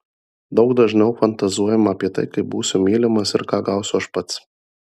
daug dažniau fantazuojama apie tai kaip būsiu mylimas ir ką gausiu aš pats